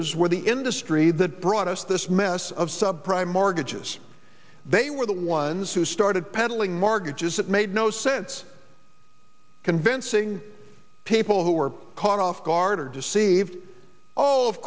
s where the industry that brought us this mess of subprime mortgages they were the ones who started peddling markets as it made no sense convincing people who were caught off guard or deceived